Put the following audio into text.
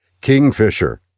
Kingfisher